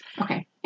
Okay